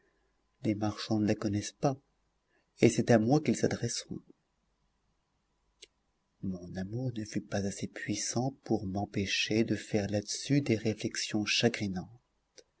les marchands ne la connaissent pas et c'est à moi qu'ils s'adresseront mon amour ne fut pas assez puissant pour m'empêcher de faire là-dessus des réflexions chagrinantes